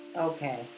Okay